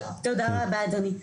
תודה רבה אדוני,